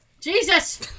Jesus